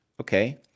okay